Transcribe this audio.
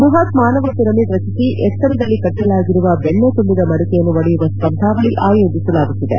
ಬೃಹತ್ ಮಾನವ ಪಿರಮಿಡ್ ರಚಿಸಿ ಎತ್ತರದಲ್ಲಿ ಕಟ್ಟಲಾಗಿರುವ ಬೆಣ್ಣೆ ತುಂಬಿದ ಮಡಿಕೆಯನ್ನು ಒಡೆಯುವ ಸ್ಪರ್ಧಾವಳಿ ಆಯೋಜಿಸಲಾಗುತ್ತಿದೆ